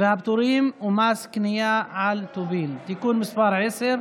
והפטורים ומס קנייה על טובין (תיקון מס' 10),